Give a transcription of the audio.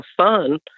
son